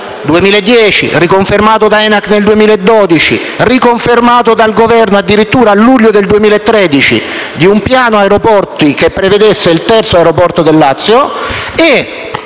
2010 - confermata da ENAC nel 2012 e riconfermata dal Governo addirittura nel luglio del 2013 - che prevedeva un piano aeroporti che includesse il terzo aeroporto del Lazio;